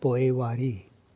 पोइवारी